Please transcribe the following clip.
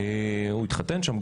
הוא התחתן שם,